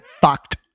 fucked